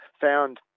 found